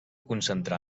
concentrar